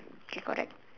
okay correct